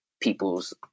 people's